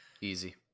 Easy